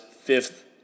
fifth